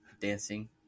dancing